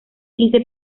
quince